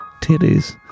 titties